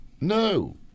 no